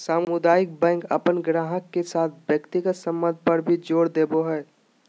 सामुदायिक बैंक अपन गाहक के साथ व्यक्तिगत संबंध पर भी जोर देवो हय